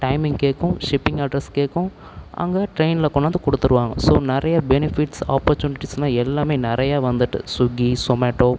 timing கேட்கும் shipping address கேட்கும் அங்கே ட்ரெயினில் கொண்டாந்து கொடுத்துருவாங்க ஸோ நிறையா பெனிஃபிட்ஸ் ஆப்பர்ச்சுனிட்டிஸ்ஸெல்லாம் எல்லாமே நிறையா வந்துட்டு ஸ்விகி சொமேட்டோ